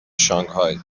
شانگهای